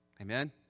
Amen